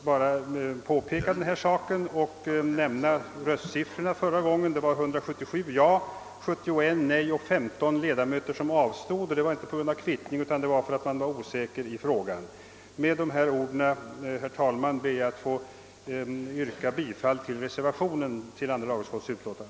Jag har bara velat erinra om detta och om röstsiffrorna förra gången, som var 177 ja och 71 nej, medan 15 ledamöter avstod, inte på grund av kvittning utan därför att de var osäkra i frågan. Med dessa ord, herr talman, ber jag att få yrka bifall till reservationen vid andra lagutskottets utlåtande.